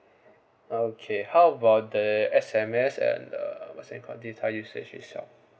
okay how about the S_M_S and uh what you call this data usage itself